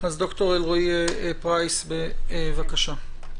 ד"ר אלרעי פרייס, בבקשה.